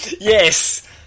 Yes